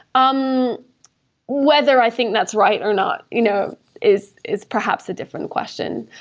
um whether i think that's right or not, you know is is perhaps a different question.